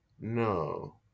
no